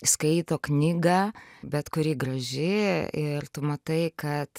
skaito knygą bet kuri graži ir tu matai kad